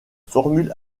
formule